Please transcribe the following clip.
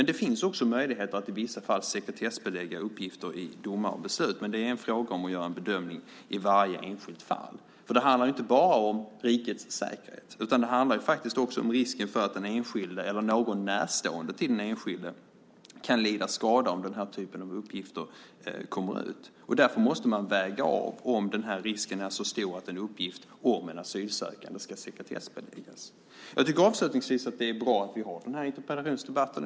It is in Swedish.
Det finns också möjligheter att i vissa fall sekretessbelägga uppgifter i domar och beslut, men det är en fråga om att göra en bedömning i varje enskilt fall. Det handlar inte bara om rikets säkerhet, utan det handlar faktiskt också om risken för att den enskilda eller någon närstående till den enskilda kan lida skada om den här typen av uppgifter kommer ut. Därför måste man väga av om den här risken är så stor att en uppgift om en asylsökande ska sekretessbeläggas. Jag tycker avslutningsvis att det är bra att vi har den här interpellationsdebatten.